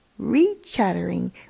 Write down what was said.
rechattering